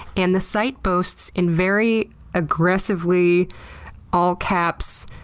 and the site boasts in very aggressively all-caps,